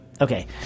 Okay